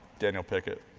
daniel pickett.